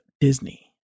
Disney